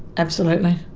absolutely.